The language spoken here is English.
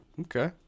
Okay